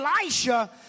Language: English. Elisha